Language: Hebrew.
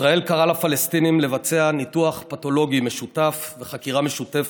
ישראל קראה לפלסטינים לבצע ניתוח פתולוגי משותף וחקירה משותפת,